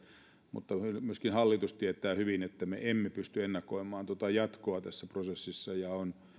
mutta myöskin hallitus tietää hyvin että me emme pysty ennakoimaan tuota jatkoa tässä prosessissa ja on